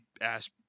ask